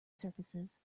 surfaces